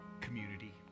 community